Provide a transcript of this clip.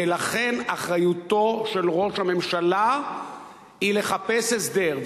ולכן אחריותו של ראש הממשלה היא לחפש הסדר.